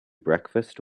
breakfast